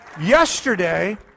yesterday